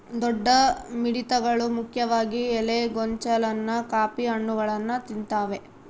ದೊಡ್ಡ ಮಿಡತೆಗಳು ಮುಖ್ಯವಾಗಿ ಎಲೆ ಗೊಂಚಲನ್ನ ಕಾಫಿ ಹಣ್ಣುಗಳನ್ನ ತಿಂತಾವೆ